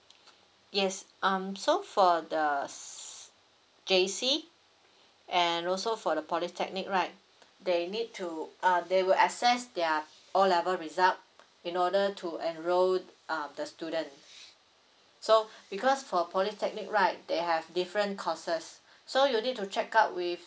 yes um so for the J_C and also for the polytechnic right they need to uh they will access their o level result in order to enrol uh the student so because for polytechnic right they have different courses so you need to check out with